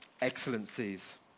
excellencies